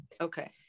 Okay